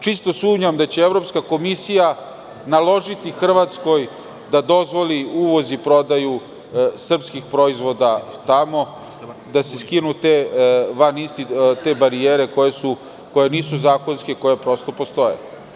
Čisto sumnjam da će Evropska komisija naložiti Hrvatskoj da dozvoli uvoz i prodaju srpskih proizvoda tamo, da se skinu te barijere koje nisu zakonske, a koje prosto postoje.